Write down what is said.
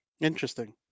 Interesting